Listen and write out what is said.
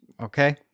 Okay